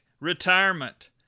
retirement